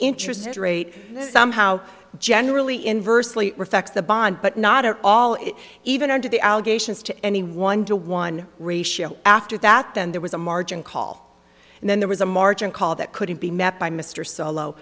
interest rate is somehow generally inversely reflects the bond but not at all it even under the allegations to any one to one ratio after that then there was a margin call and then there was a margin call that couldn't be met by mr solo